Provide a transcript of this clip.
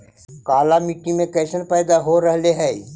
काला मिट्टी मे कैसन पैदा हो रहले है?